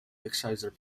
exercise